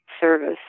service